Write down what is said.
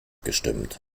gestimmt